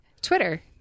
Twitter